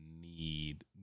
need